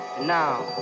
now